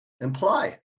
imply